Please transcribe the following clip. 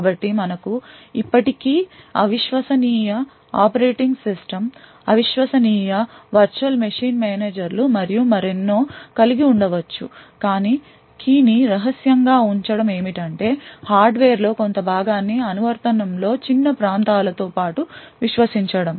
కాబట్టి మనకు ఇప్పటి కీ అవిశ్వసనీయ ఆపరేటింగ్ సిస్టమ్ అవిశ్వసనీయ వర్చువల్ మిషీన్ మేనేజర్లు మరియు మరెన్నో కలిగి ఉండ వచ్చు కాని keyని రహస్యం గా ఉంచడం ఏమిటంటే హార్డ్వేర్లో కొంత భాగాన్ని అనువర్తనం లోని చిన్న ప్రాంతాలతో పాటు విశ్వసించడం